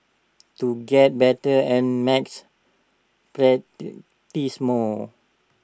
to get better at maths practise more